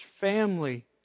family